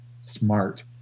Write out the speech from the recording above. smart